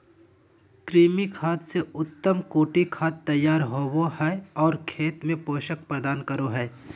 कृमि खाद से उत्तम कोटि खाद तैयार होबो हइ और खेत में पोषक प्रदान करो हइ